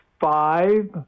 five